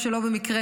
או שלא במקרה,